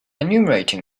enumerating